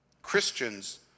Christians